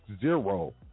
zero